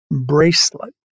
Bracelet